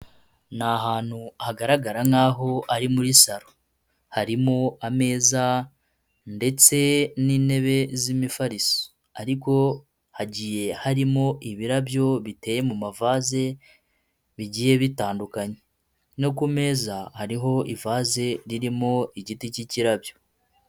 Ni ahantu hagaragara nkaho ari muri saro. Harimo ameza ndetse n'intebe z'imifariso, riko hagiye harimo ibirabyo biteye mu mavase bigiye bitandukanye, no ku meza hariho ivase ririmo igiti cy'kirabyo